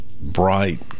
bright